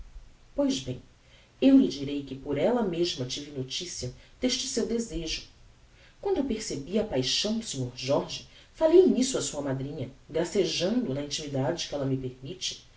pois bem eu lhe direi que por ella mesma tive noticia deste seu desejo quando eu percebi a paixão do sr jorge falei nisso a sua madrinha gracejando na intimidade que ella me permitte